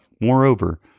Moreover